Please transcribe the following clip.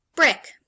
Brick